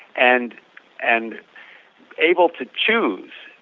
and and able to choose